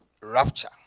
rapture